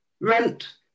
Rent